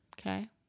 okay